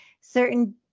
certain